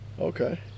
Okay